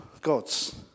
God's